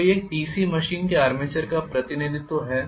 तो यह एक डीसी मशीन के आर्मेचर का प्रतिनिधित्व है